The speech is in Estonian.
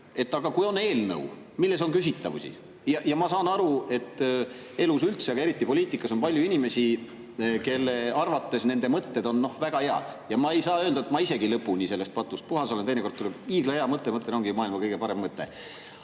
[tegemist] eelnõuga, milles on küsitavusi. Ma saan aru, et elus üldse, eriti aga poliitikas on palju inimesi, kelle arvates nende mõtted on väga head. Ma ei saa öelda, et ma ise ka lõpuni sellest patust puhas olen. Teinekord tuleb hiigla hea mõte, ma mõtlen, et ongi maailma kõige parem mõte.